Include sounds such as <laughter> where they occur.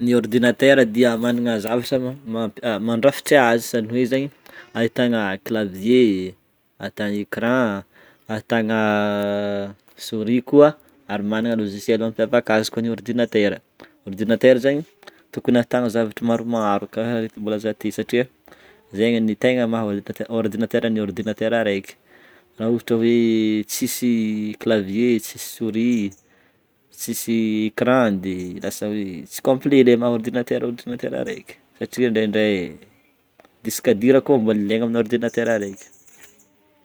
N'y ordinateur dia managna zavatra mandrafitra azy, ahitana clavier, ahitana écran, <hesitation> ahitana souris koa ary managna logiciel mampiavaka azy koa ny ordinateur, ordinateur zany tokony ahitano zavatra maromaro karaha araka voalaza teo satria zegny ny maha ordinateur ny ordinateur araika raha ohatra hoe tsisy clavier, tsisy souris, tsisy écran de lasa hoe tsy complet élément ny ordinateur-ordinateur anaky reka satria indraindray ny disque dur koa mbola ilaina amin'ny ordinateur araika.